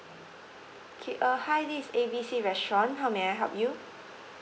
okay uh hi this A B C restaurant how may I help you